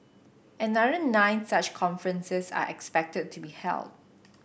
another nine such conferences are expected to be held